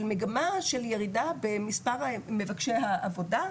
אבל מגמה של ירידה במספר מבקשי העבודה,